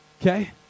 okay